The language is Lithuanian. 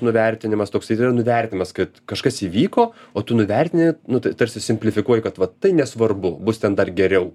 nuvertinimas toks jis yra nuvertinimas kad kažkas įvyko o tu nuvertini nu tai tarsi simplifikuoji kad vat tai nesvarbu bus ten dar geriau